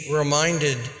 reminded